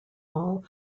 hall